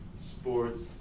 sports